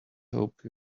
hope